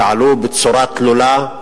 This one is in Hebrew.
שעלו בצורה תלולה,